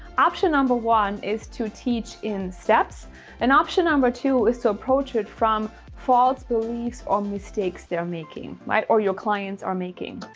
option. number one is to teach in steps and option. number two is to approach it from false beliefs or mistakes they're making, right or your clients are making.